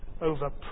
over